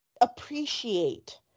appreciate